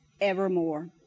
evermore